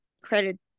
credit